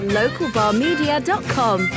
localbarmedia.com